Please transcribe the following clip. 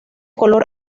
color